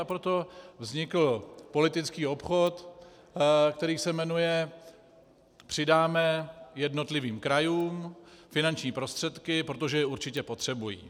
Proto vznikl politický obchod, který se jmenuje přidáme jednotlivým krajům finanční prostředky, protože je určitě potřebují.